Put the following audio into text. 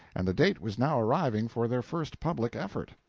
and the date was now arriving for their first public effort.